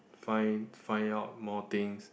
find find out more things